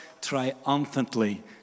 triumphantly